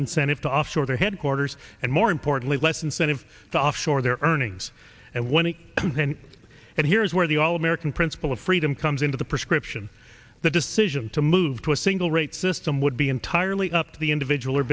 incentive to offshore their headquarters and more importantly less incentive to offshore their earnings and when he said here is where the all american principle of freedom comes into the prescription the decision to move to a single rate system would be entirely up to the individual or